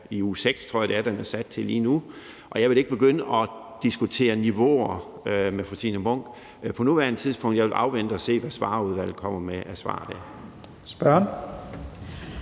i uge 6, tror jeg det er, den er sat til lige nu, og jeg vil ikke begynde at diskutere niveauer med fru Signe Munk på nuværende tidspunkt. Jeg vil afvente og se, hvad Svarerudvalget kommer med af svar dér. Kl.